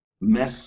mess